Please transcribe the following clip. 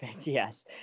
yes